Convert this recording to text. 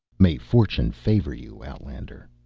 may fortune favor you, outlander.